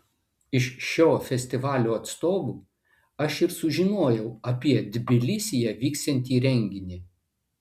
iš šio festivalio atstovų aš ir sužinojau apie tbilisyje vyksiantį renginį